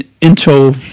intro